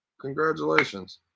Congratulations